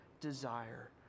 desire